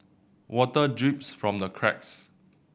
water drips from the cracks